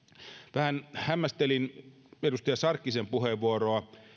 vähän hämmästelin edustaja sarkkisen puheenvuoroa